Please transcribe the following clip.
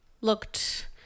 looked